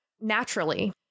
naturally